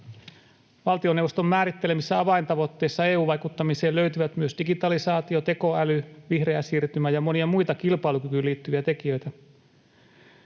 Valtioneuvoston määrittelemistä avaintavoitteista EU-vaikuttamiseen löytyvät myös digitalisaatio, tekoäly, vihreä siirtymä ja monia muita kilpailukykyyn liittyviä tekijöitä.